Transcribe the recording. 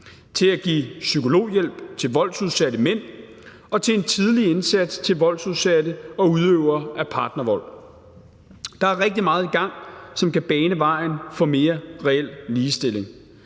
til at give psykologhjælp til voldsudsatte mænd og til en tidlig indsats til voldsudsatte og udøvere af partnervold. Der er rigtig meget i gang, som kan bane vejen for mere reel ligestilling.